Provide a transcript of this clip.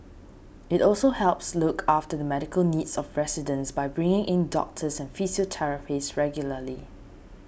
it also helps look after the medical needs of residents by bringing in doctors and physiotherapists regularly